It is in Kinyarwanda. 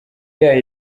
yayo